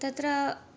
तत्र